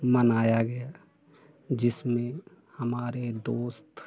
मनाया गया जिसमें हमारे दोस्त